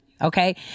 okay